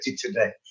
today